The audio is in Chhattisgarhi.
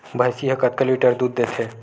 भंइसी हा कतका लीटर दूध देथे?